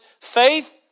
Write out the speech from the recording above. faith